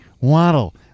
Waddle